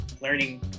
learning